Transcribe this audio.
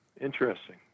Interesting